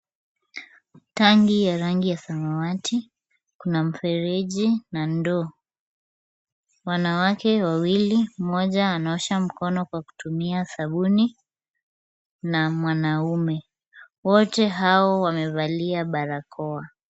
Tangi ya rangi samawati, kuna mfereji na ndoo. Wanawake wawili, mmoja anaosha mkono kwa kutumia sabuni na mwanaume. Wote hao wamevalia barakoa.